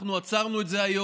אנחנו עצרנו את זה היום,